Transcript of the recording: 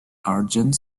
argent